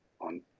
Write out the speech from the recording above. on